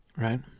Right